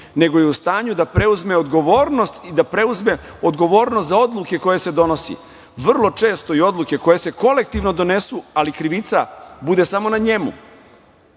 nego je u stanju da preuzme odgovornost i da preuzme odgovornost za odluke koje se donose. Vrlo često i odluke koje se kolektivno donesu, ali krivica bude samo na njemu